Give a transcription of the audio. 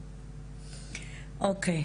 אוקי.